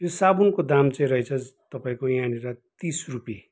यो साबुनको दाम चाहिँ रहेछ तपाईँको यहाँनिर तिस रुपियाँ